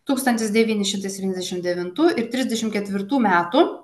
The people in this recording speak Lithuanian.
tūkstantis devyni šimtai septyniasdešimt devintų it trisdešimt ketvirtų metų